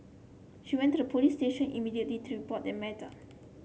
she went to a police station immediately to report the matter